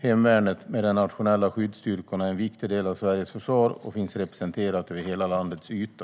Hemvärnet med de nationella skyddsstyrkorna är en viktig del av Sveriges försvar och finns representerat över hela landets yta.